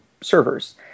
servers